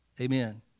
Amen